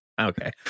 Okay